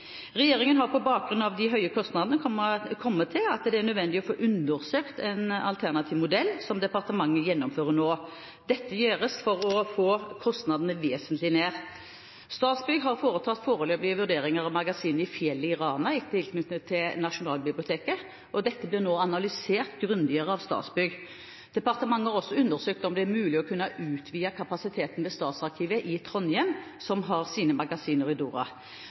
Regjeringen har på bakgrunn av de høye kostnadene kommet til at det er nødvendig å få undersøkt en alternativ modell, som departementet gjennomfører nå. Dette gjøres for å få kostnadene vesentlig ned. Statsbygg har foretatt foreløpige vurderinger av magasiner i fjellet i Rana i tilknytning til Nasjonalbiblioteket. Dette blir nå analysert grundigere av Statsbygg. Departementet har også undersøkt om det er mulig å kunne utvide kapasiteten ved Statsarkivet i Trondheim, som har sine